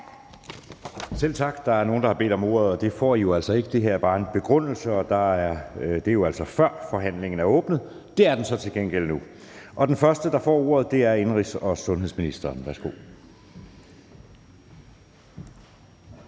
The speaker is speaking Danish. Selv tak. Der er nogle, der har bedt om ordet, men det får I jo altså ikke. Det her er jo bare en begrundelse, og det er altså, før forhandlingen er åbnet. Det er den så til gengæld nu, og den første, der får ordet, er indenrigs- og sundhedsministeren. Værsgo.